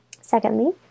secondly